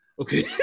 Okay